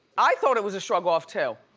i thought it was a shrug-off too.